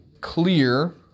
clear